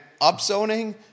upzoning